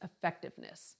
effectiveness